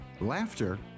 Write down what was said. laughter